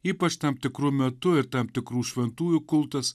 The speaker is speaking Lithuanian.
ypač tam tikru metu ir tam tikrų šventųjų kultas